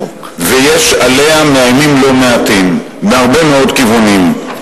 ויש עליה מאיימים לא מעטים מהרבה מאוד כיוונים.